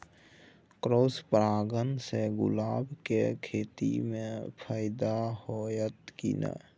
Cross परागण से गुलाब के खेती म फायदा होयत की नय?